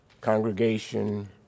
Congregation